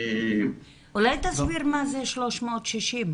אולי תסביר מה זה 360?